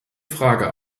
frage